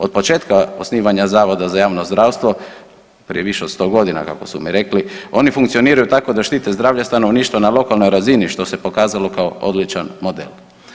Od početka osnivanja Zavoda za javno zdravstvo, prije više od 100 godina, kako su mi rekli, oni funkcioniraju tako da štite zdravlje stanovništva na lokalnoj razini, što se pokazalo kao odličan model.